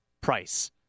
price